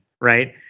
right